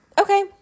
Okay